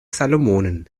salomonen